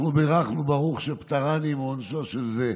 אנחנו בירכנו ברוך שפטרני מעונשו של זה,